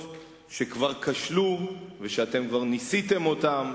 שכבר כשלו ושאתם כבר ניסיתם אותן,